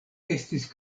estis